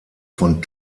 von